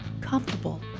comfortable